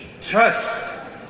trust